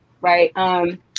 Right